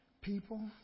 People